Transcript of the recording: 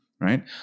right